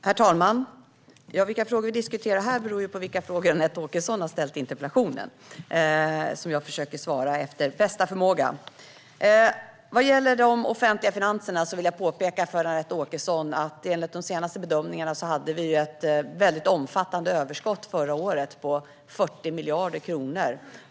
Herr talman! Vilka frågor som vi diskuterar här beror på vilka frågor som Anette Åkesson har ställt i interpellationen. Jag försöker efter bästa förmåga att svara på dem. Vad gäller de offentliga finanserna vill jag påpeka för Anette Åkesson att vi, enligt de senaste bedömningarna, hade ett mycket omfattande överskott förra året på 40 miljarder kronor.